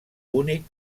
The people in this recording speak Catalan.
únic